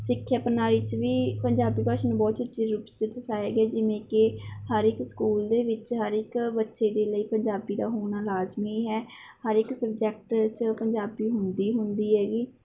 ਸਿੱਖਿਆ ਪ੍ਰਣਾਈ 'ਚ ਵੀ ਪੰਜਾਬੀ ਭਾਸ਼ਾ ਨੂੰ ਬਹੁਤ ਉੱਚੇ ਰੂਪ 'ਚ ਦਰਸਾਇਆ ਗਿਆ ਜਿਵੇਂ ਕਿ ਹਰ ਇੱਕ ਸਕੂਲ ਦੇ ਵਿੱਚ ਹਰ ਇੱਕ ਬੱਚੇ ਦੇ ਲਈ ਪੰਜਾਬੀ ਦਾ ਹੋਣਾ ਲਾਜ਼ਮੀ ਹੈ ਹਰ ਇੱਕ ਸਬਜੈਕਟ 'ਚ ਪੰਜਾਬੀ ਹੁੰਦੀ ਹੁੰਦੀ ਹੈਗੀ